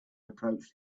approached